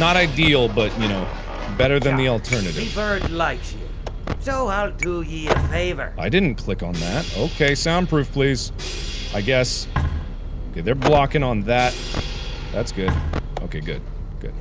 not ideal but you know better than the alternative like so out do he favor i didn't click on that okay soundproof please i guess they're blocking on that that's good okay good good